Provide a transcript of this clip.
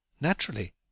Naturally